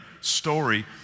story